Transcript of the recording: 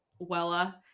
wella